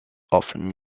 often